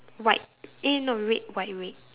white eh no red white red